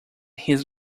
his